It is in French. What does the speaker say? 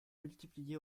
multiplié